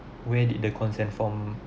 where did the consent form